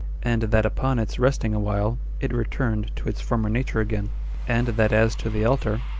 and that upon its resting awhile it returned to its former nature again and that as to the altar,